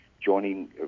joining